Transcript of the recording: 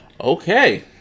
Okay